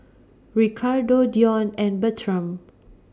Ricardo Dion and Bertram